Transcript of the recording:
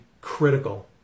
critical